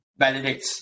validates